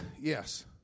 yes